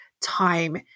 time